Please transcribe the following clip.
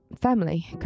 family